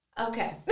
Okay